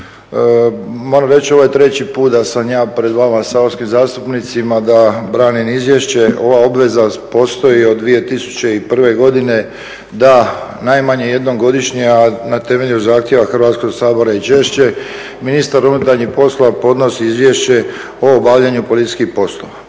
Moram reći ovo je treći put da sam ja pred vama saborskim zastupnicima, da branim izvješće. Ova obveza postoji od 2001. godine, da najmanje jednom godišnje, a na temelju zahtjeva Hrvatskog sabora i češće ministar unutarnjih poslova podnosi izvješće o obavljanju policijskih poslova.